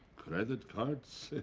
credit cards,